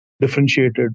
differentiated